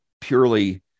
purely